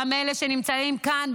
גם אלא שנמצאים כאן,